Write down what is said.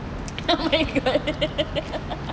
oh my god